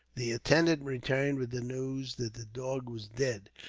the attendant returned with the news that the dog was dead.